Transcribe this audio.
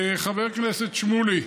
לחבר הכנסת שמולי,